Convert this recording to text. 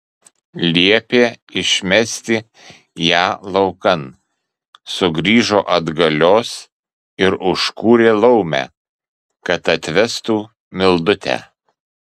liepė išmesti ją laukan sugrįžo atgalios ir užkūrė laumę kad atvestų mildutę